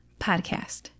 podcast